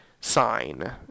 sign